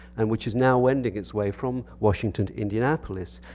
and which is now wending its way from washington to indianapolis.